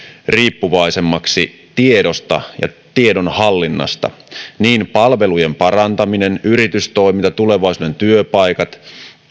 riippuvaiseksi tiedosta ja tiedonhallinnasta niin palvelujen parantaminen yritystoiminta tulevaisuuden työpaikat